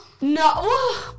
No